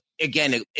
again